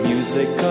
Music